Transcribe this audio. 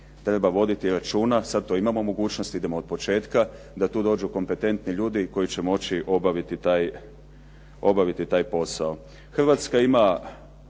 treba voditi računa sad to imao u mogućnosti idemo od početka da tu dođu kompetentni ljudi koji će moći obaviti taj posao. Hrvatska ima